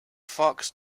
fox